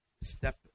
step